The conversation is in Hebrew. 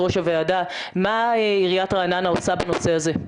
הוועדה מה עירית רעננה עושה בנושא הזה?